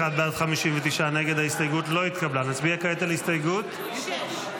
כעת על הסתייגות -- 6.